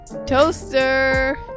toaster